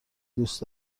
دوست